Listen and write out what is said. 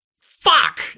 fuck